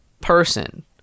person